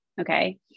Okay